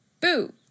boo